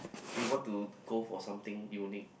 they want to go for something unit